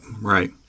right